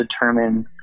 determine